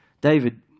David